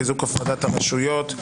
חיזוק הפרדת הרשויות);